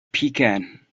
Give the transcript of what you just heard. pecan